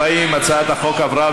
40. הצעת החוק עברה,